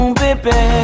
baby